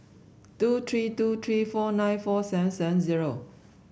two three two three four nine four seven seven zero